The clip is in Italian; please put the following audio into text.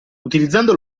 utilizzando